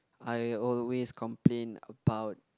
I always complain about